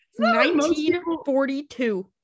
1942